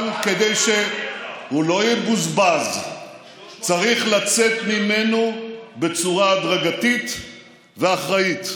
אבל כדי שהוא לא יבוזבז צריך לצאת ממנו בצורה הדרגתית ואחראית,